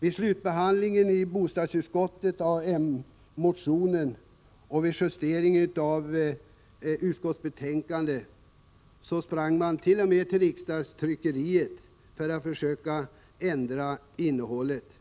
Vid bostadsutskottets slutbehandling av moderatmotionen och vid justeringen av utskottsbetänkandet sprang moderaternat.o.m. till riksdagstryckeriet för att försöka ändra innehållet i betänkandet.